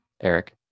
Eric